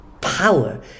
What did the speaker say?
power